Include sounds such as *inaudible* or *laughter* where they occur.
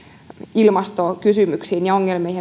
ilmastokysymyksiin ja ongelmiin *unintelligible*